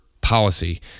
policy